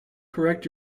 correct